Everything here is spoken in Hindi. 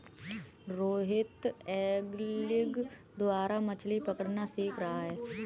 रोहित एंगलिंग द्वारा मछ्ली पकड़ना सीख रहा है